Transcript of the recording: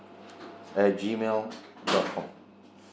at g mail dot com